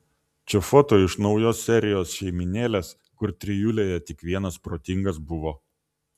čia foto iš naujos serijos šeimynėlės kur trijulėje tik vienas protingas buvo